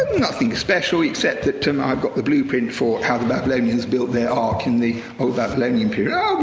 nothing special, except that time i've got the blueprint for how the babylonians built their ark in the old babylonian period.